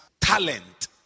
talent